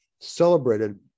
celebrated